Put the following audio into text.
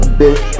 bitch